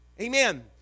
Amen